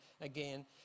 again